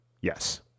Yes